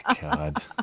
god